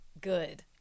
good